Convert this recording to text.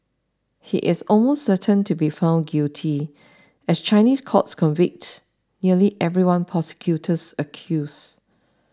he is almost certain to be found guilty as Chinese courts convict nearly everyone prosecutors accuse